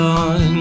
on